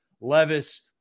Levis –